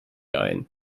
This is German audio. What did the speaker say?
ein